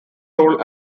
role